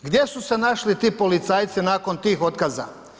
Gdje su se našli ti policajci nakon tih otkaza?